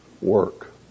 work